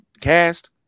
cast